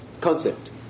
concept